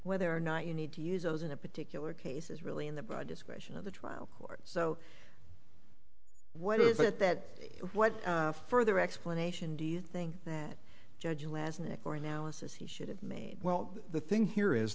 whether or not you need to use those in a particular case is really in the broad discretion of the trial court so what is it that what further explanation do you think that judge us and for analysis he should have made well the thing here is